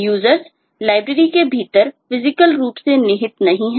Users Library के भीतर physical रूप से निहित नहीं हैं